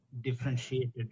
differentiated